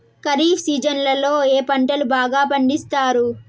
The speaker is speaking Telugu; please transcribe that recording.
ఖరీఫ్ సీజన్లలో ఏ పంటలు బాగా పండిస్తారు